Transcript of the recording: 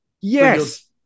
yes